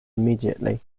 immediately